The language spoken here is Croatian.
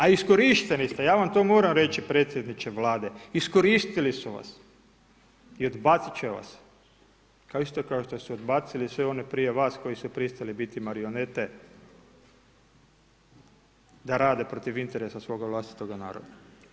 A iskorišteni ste, ja vam to moram reći predsjedniče Vlade, iskoristili su vas i odbacit će vas isto kao što su odbacili sve one prije vas koji su pristali biti marionete da rade protiv interesa svoga vlastitoga naroda.